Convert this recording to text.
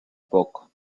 poco